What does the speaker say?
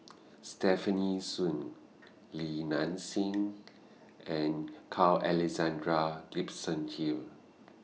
Stefanie Sun Li Nanxing and Carl Alexandral Gibson Hill